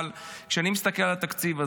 אבל כשאני מסתכל על התקציב הזה,